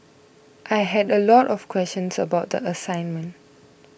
I had a lot of questions about the assignment